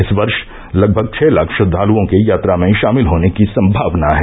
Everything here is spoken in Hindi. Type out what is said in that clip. इस वर्ष लगभग छहलाख श्रद्दाल्ओं के यात्रा में शामिल होने की संभावना है